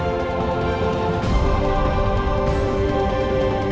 or